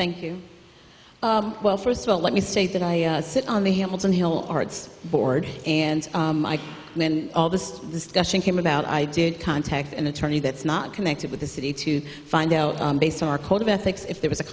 thank you well first of all let me say that i sit on the hamilton hill arts board and when all this discussion came about i did contact an attorney that's not connected with the city to find out based on our code of ethics if there was a